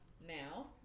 Now